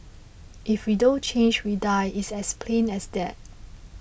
if we don't change we die it's as plain as that